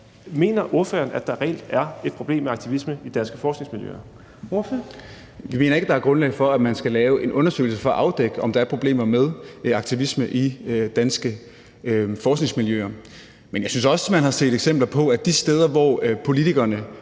Torp): Ordføreren. Kl. 12:49 Bjørn Brandenborg (S): Vi mener ikke, at der er grundlag for, at man skal lave en undersøgelse for at afdække, om der er problemer med aktivisme i danske forskningsmiljøer, men jeg synes også, man har set eksempler på, at de steder, hvor politikerne